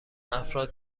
افراد